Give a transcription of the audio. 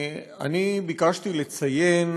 ביקשתי לציין